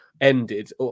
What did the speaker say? ended